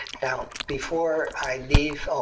now before i leave. oh,